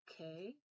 okay